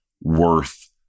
worth